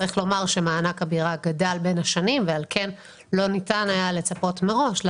צריך לומר שמענק הבירה גדל בין השנים ועל כן לא ניתן היה לצפות מראש.